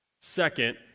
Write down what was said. Second